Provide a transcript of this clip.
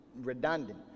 redundant